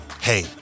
hey